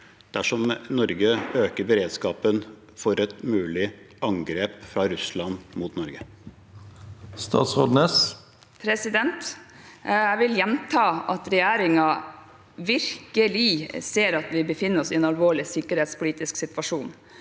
dersom Norge øker beredskapen for et mulig angrep fra Russland mot Norge? Statsråd Marianne Sivertsen Næss Jeg vil gjenta at regjeringen virkelig ser at vi befinner oss i en alvorlig sikkerhetspolitisk situasjon,